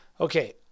okay